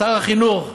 שר החינוך,